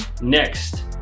Next